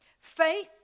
Faith